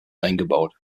eingebaut